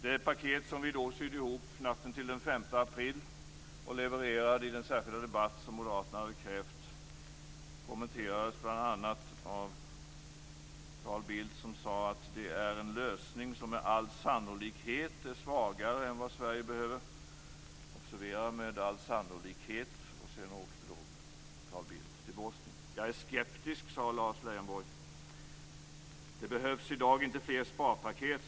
Det paket som vi sydde ihop natten till den 5 april och levererade i den särskilda debatt som Moderaterna hade krävt kommenterades bl.a. av Carl Bildt som sade: "Det är en lösning som med all sannolikhet är svagare än vad Sverige behöver." Observera att han sade med all sannolikhet. Sedan åkte Carl Bildt till Bosnien. Lars Leijonborg sade: "Jag är skeptisk." Johan Lönnroth sade: "Det behövs i dag inte fler sparpaket."